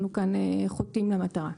אנחנו כאן חוטאים למטרה.